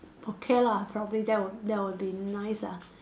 okay lah probably that will that will be nice ah